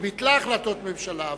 היא ביטלה החלטות ממשלה,